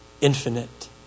infinite